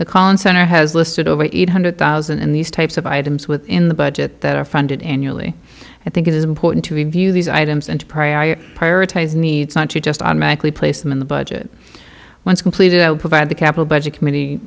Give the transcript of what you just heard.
the concert has listed over eight hundred thousand and these types of items within the budget that are funded annually i think it is important to review these items and pray i prioritize needs not to just automatically place them in the budget once completed i would provide the capital budget committee